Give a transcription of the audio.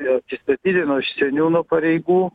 atsistatydino iš seniūno pareigų